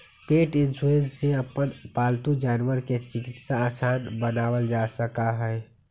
पेट insurance से अपन पालतू जानवर के चिकित्सा आसान बनावल जा सका हई